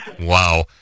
Wow